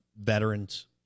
veterans